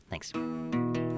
Thanks